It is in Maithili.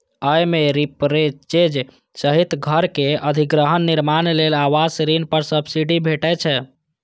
अय मे रीपरचेज सहित घरक अधिग्रहण, निर्माण लेल आवास ऋण पर सब्सिडी भेटै छै